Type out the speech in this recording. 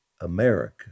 America